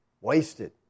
wasted